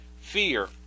fear